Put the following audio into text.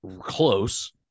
close